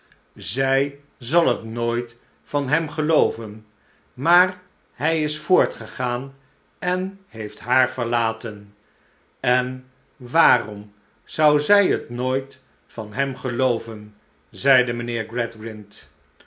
zij zal het nooit van hem gelooven maar hij is voortgegaan en heeft haar verlaten en waarom zou zij het nooit van hem gelooven zeide mijnheer